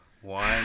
one